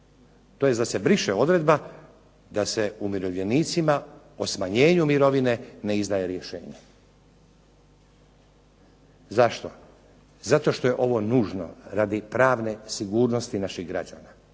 tj. da se briše odredba da se umirovljenicima o smanjenju mirovine ne izdaje rješenje. Zašto? Zato što je ovo nužno radi pravne sigurnosti naših građana.